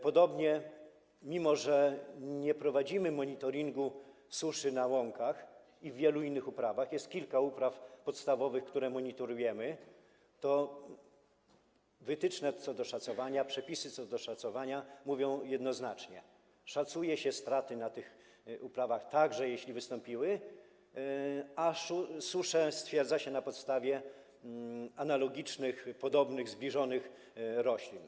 Podobnie, mimo że nie prowadzimy monitoringu suszy na łąkach i w wielu innych uprawach, jest kilka upraw podstawowych, które monitorujemy, toteż wytyczne dotyczące szacowania, przepisy dotyczące szacowania mówią jednoznacznie, że tak szacuje się straty w tych uprawach, jeśli wystąpiły, a suszę stwierdza się na podstawie stanu analogicznych, podobnych, zbliżonych roślin.